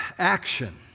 Action